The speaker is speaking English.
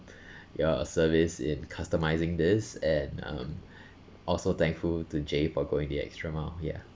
your service in customizing this and um also thankful to jay for going the extra mile ya